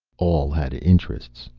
all had interests,